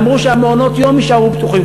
ואמרו שמעונות היום יישארו פתוחים,